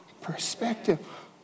Perspective